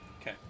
Okay